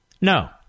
No